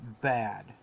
bad